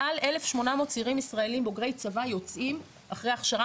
מעל 1,800 צעירים ישראלים בוגרי צבא יוצאים אחרי הכשרה